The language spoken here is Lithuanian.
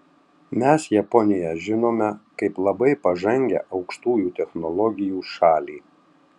mes japoniją žinome kaip labai pažangią aukštųjų technologijų šalį